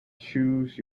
choose